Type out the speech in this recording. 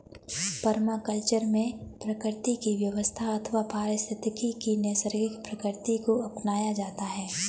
permaculture में प्रकृति की व्यवस्था अथवा पारिस्थितिकी की नैसर्गिक प्रकृति को अपनाया जाता है